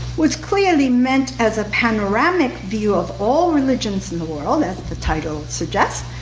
was clearly meant as a panoramic view of all religions in the world, as the title suggests,